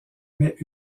mais